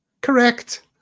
Correct